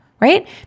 right